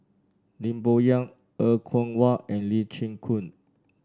Lim Bo Yam Er Kwong Wah and Lee Chin Koon